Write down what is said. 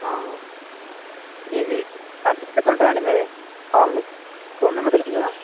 మీది అడ్రస్ ఎక్కడ ఉంటుంది అండి మీది కాలనీ ఫోన్ నంబర్ ఇదే కదా